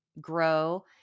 grow